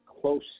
close